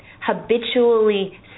habitually